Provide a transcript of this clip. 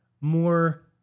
more